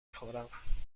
خورم